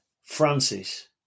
Francis